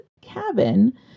cabin